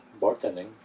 bartending